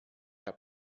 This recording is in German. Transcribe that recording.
herr